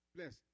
Bless